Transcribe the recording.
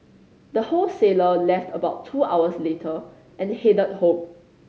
the wholesaler left about two hours later and headed home